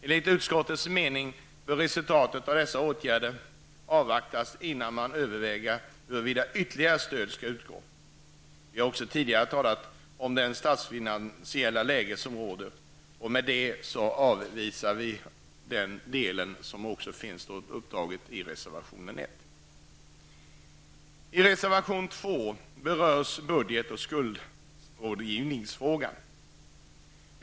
Enligt utskottets mening bör resultaten av dessa åtgärder avvaktas innan man överväger huruvida ytterligare stöd bör utgå. Vi har tidigare talat om det statsfinansiella läge som råder. Därmed avstyrker utskottet reservation 1. I reservation 2 berörs budget och skuldrådgivningsfrågan.